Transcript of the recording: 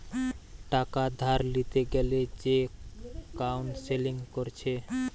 টাকা ধার লিতে গ্যালে যে কাউন্সেলিং কোরছে